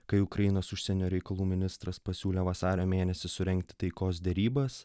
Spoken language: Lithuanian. kai ukrainos užsienio reikalų ministras pasiūlė vasario mėnesį surengti taikos derybas